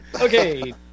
okay